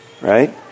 right